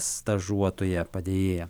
stažuotoja padėjėja